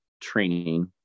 training